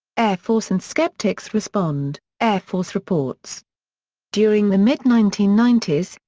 air force and skeptics respond air force reports during the mid nineteen ninety s,